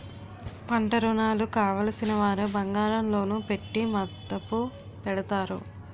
పంటరుణాలు కావలసినవారు బంగారం లోను పెట్టి మదుపు పెడతారు